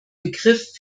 begriff